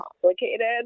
complicated